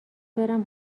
برم